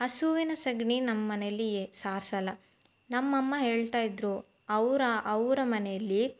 ಹಸುವಿನ ಸಗಣಿ ನಮ್ಮ ಮನೆಯಲ್ಲಿ ಸಾರ್ಸೋಲ್ಲ ನಮ್ಮ ಅಮ್ಮ ಹೇಳ್ತಾಯಿದ್ದರು ಅವರ ಅವರ ಮನೆಯಲ್ಲಿ